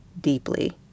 deeply